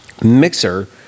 mixer